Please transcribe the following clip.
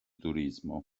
turismo